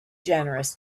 generous